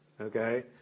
okay